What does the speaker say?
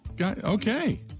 Okay